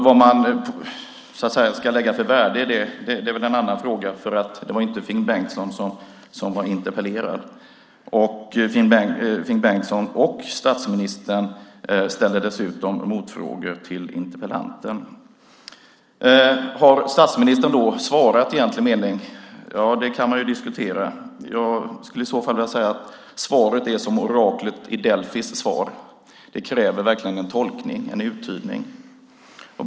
Vad man ska lägga för värde i det är väl en annan fråga, för det var inte Finn Bengtsson som var interpellerad. Finn Bengtsson och statsministern ställer dessutom motfrågor till interpellanten. Har statsministern då svarat i egentlig mening? Det kan man ju diskutera. Jag skulle i så fall vilja säga att svaret är som svaret från oraklet i Delfi. Det kräver verkligen en tolkning, en uttydning.